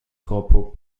corporal